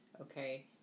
okay